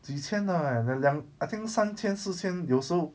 几千的 leh 两 I think 三千四千有时候